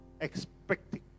expecting